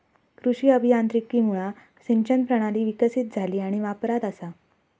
कृषी अभियांत्रिकीमुळा सिंचन प्रणाली विकसीत झाली आणि वापरात असा